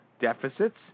deficits